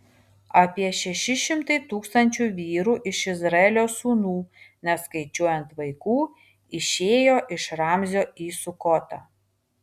apie šeši šimtai tūkstančių vyrų iš izraelio sūnų neskaičiuojant vaikų išėjo iš ramzio į sukotą